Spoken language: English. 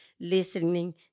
listening